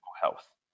health